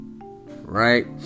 Right